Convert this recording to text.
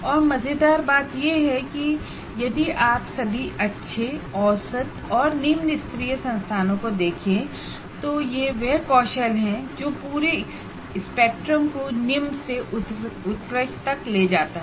और मजेदार बात यह है कि यदि आप सभी अच्छे औसत या निम्न स्तरीय संस्थानों को देखें तो यह वह कौशल है जो पूरे स्पेक्ट्रम को निम्न से उत्कृष्ट तक ले जाता है